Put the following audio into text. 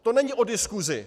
To není o diskusi.